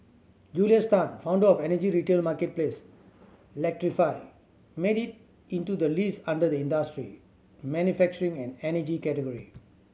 Julius Tan founder of energy retail marketplace Electrify made it into the list under the industry manufacturing and energy category